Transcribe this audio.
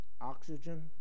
Oxygen